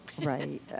Right